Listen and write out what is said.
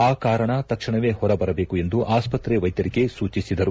ಆ ಕಾರಣ ತಕ್ಷಣವೇ ಹೊರಬರಬೇಕು ಎಂದು ಆಸ್ಪತ್ರೆ ವ್ಲೆದ್ನರಿಗೆ ಸೂಚಿಸಿದರು